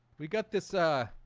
we got this, ah